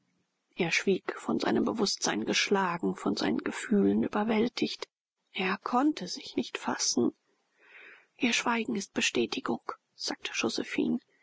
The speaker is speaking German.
er schwieg von seinem bewußtsein geschlagen von seinen gefühlen überwältigt er konnte sich nicht fassen ihr schweigen ist bestätigung sagte josephine